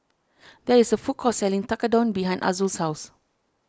there is a food court selling Tekkadon behind Azul's house